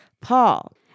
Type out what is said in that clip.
Paul